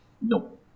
no